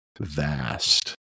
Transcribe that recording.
Vast